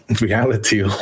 reality